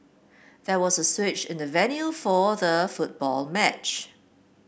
there was a switch in the venue for the football match